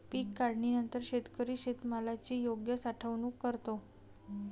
पीक काढणीनंतर शेतकरी शेतमालाची योग्य साठवणूक करतो